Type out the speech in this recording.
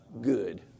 good